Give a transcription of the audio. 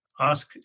ask